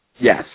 Yes